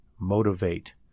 motivate